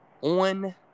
on –